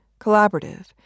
collaborative